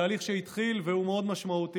תהליך שהתחיל והוא מאוד משמעותי.